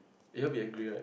you won't be angry right